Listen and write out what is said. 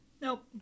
nope